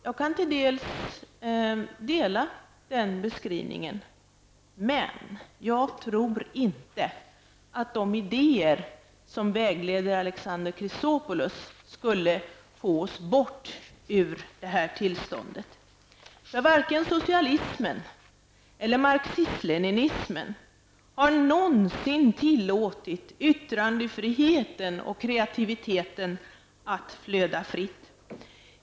Jag kan till dels dela den beskrivningen, men jag tror inte att de idéer som vägleder Alexander Chrisopoulos skulle få oss bort ur det här tillståndet. Varken socialismen eller marxism-- leninismen har någonsin tillåtit yttrandefriheten och kreativiteten att flöda fritt.